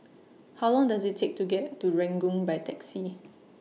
How Long Does IT Take to get to Ranggung By Taxi